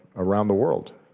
around the world.